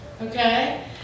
Okay